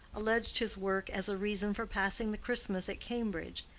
alleged his work as a reason for passing the christmas at cambridge,